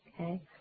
Okay